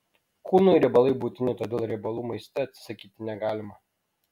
kūnui riebalai būtini todėl riebalų maiste atsisakyti negalima